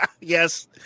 Yes